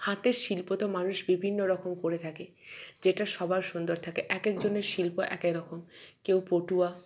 হাতের শিল্প তো মানুষ বিভিন্ন রকম করে থাকে যেটা সবার সুন্দর থাকে এক একজনের শিল্প এক একরকম কেউ পটুয়া